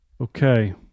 Okay